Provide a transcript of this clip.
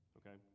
okay